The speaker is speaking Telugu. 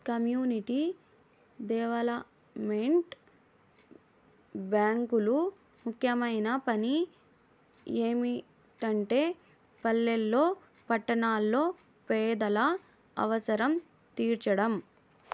కమ్యూనిటీ డెవలప్మెంట్ బ్యేంకులు ముఖ్యమైన పని ఏమిటంటే పల్లెల్లో పట్టణాల్లో పేదల అవసరం తీర్చడం